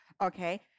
Okay